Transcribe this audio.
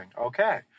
Okay